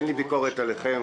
אין לי ביקורת עליכם.